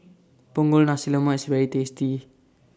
Punggol Nasi Lemak IS very tasty